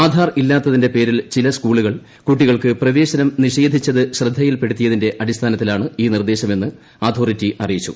ആധാർ ഇല്ലാത്തതിന്റെ പേരിൽ ചില സ്കൂളുകൾ കൂട്ടികൾക്ക് പ്രവേശനം നിഷേധിച്ചത് ശ്രദ്ധയിൽപ്പെട്ടതിന്റെ അടിസ്ഥാനത്തിലാണ് ഈ നിർദ്ദേശമെന്ന് അതോറിറ്റി അറിയിച്ചു